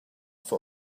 for